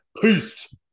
Peace